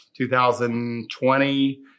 2020